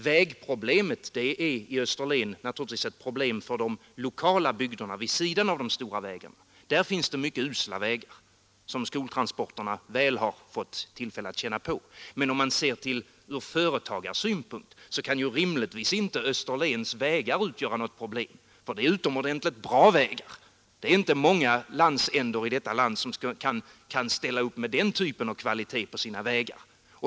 Vägproblemet är naturligtvis påtagligt i Österlen för de lokala bygderna vid sidan om de stora vägarna. Det finns mycket usla vägar, som skoltransporterna väl fått tillfälle att känna på, men ur företagarsynpunkt kan rimligtvis inte Österlens vägar utgöra något problem. Där finns nämligen utomordentligt bra vägar. Det är inte många delar av vårt land som kan ställa upp med den kvaliteten på sina vägar.